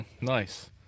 Nice